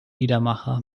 liedermacher